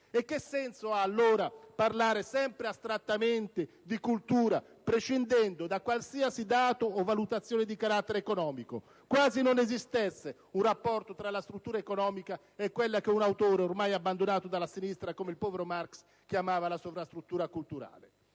E che senso ha allora parlare sempre astrattamente di cultura, prescindendo da qualsiasi dato o valutazione di carattere economico? Quasi non esistesse un rapporto fra la struttura economica e quella che un autore ormai abbandonato dalla sinistra, come il povero Marx, chiamava la sovrastruttura culturale.